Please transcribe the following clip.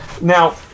now